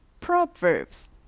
Proverbs